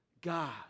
God